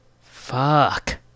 Fuck